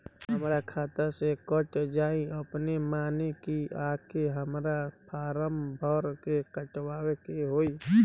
हमरा खाता से कट जायी अपने माने की आके हमरा फारम भर के कटवाए के होई?